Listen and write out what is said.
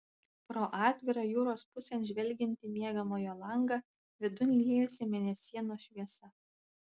pro atvirą jūros pusėn žvelgiantį miegamojo langą vidun liejosi mėnesienos šviesa